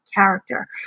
character